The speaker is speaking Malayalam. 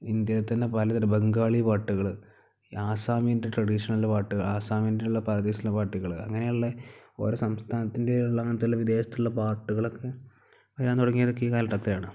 ഇന്ത്യെയിൽ തന്നെ പലതരം ബംഗാളി പാട്ടുകൾ ഈ ആസാമിൻ്റെ ട്രഡീഷണൽ പാട്ടുകൾ ആസാമിൻ്റെയുള്ള പാട്ടുകൾ അങ്ങനെയുള്ള ഓരോ സംസ്ഥാനത്തിൻ്റെയുള്ള അങ്ങനത്തെയുള്ള വിദേശത്തുള്ള പാട്ടുകളൊക്കെ വരാൻ തുടങ്ങിയതൊക്കെ ഈ കാലഘട്ടത്തിലാണ്